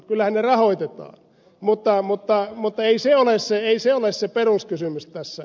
kyllähän ne rahoitetaan mutta ei se ole se peruskysymys tässä